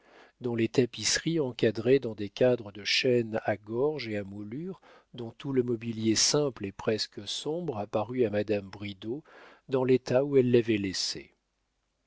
dont les tapisseries encadrées dans des cadres de chêne à gorges et à moulures dont tout le mobilier simple et presque sombre apparut à madame bridau dans l'état où elle l'avait laissé